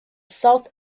south